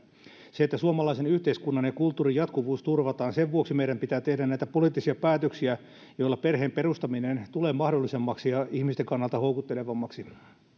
että suomalaisen yhteiskunnan ja kulttuurin jatkuvuus turvataan meidän pitää tehdä näitä poliittisia päätöksiä joilla perheen perustaminen tulee mahdollisemmaksi ja ihmisten kannalta houkuttelevammaksi